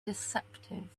deceptive